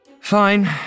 Fine